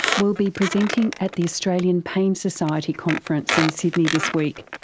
will be presenting at the australian pain society conference in sydney this week.